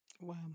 Wow